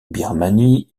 birmanie